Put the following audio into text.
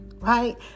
Right